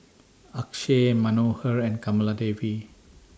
Akshay Manohar and Kamaladevi